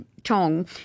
Tong